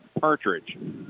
Partridge